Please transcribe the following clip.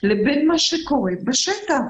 לבין מה שקורה בשטח.